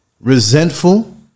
resentful